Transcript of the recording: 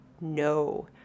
no